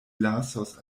lasos